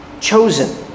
chosen